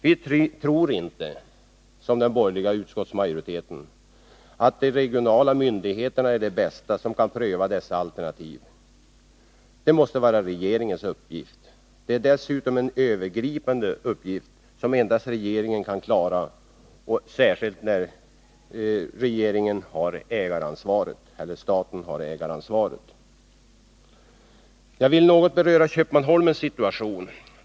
Vi tror inte — som den borgerliga utskottsmajoriteten — att de regionala myndigheterna är de som bäst kan pröva dessa alternativ. Det måste vara regeringens uppgift. Det är dessutom en övergripande uppgift som endast regeringen kan klara av, särskilt då staten har ägaransvaret. Jag vill något beröra Köpmanholmens situation.